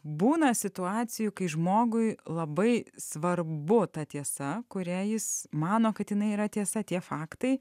būna situacijų kai žmogui labai svarbu ta tiesa kurią jis mano kad jinai yra tiesa tie faktai